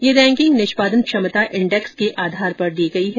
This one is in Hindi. यह रैंकिंग निष्पादन क्षमता इण्डेक्स के आधार पर दी गई है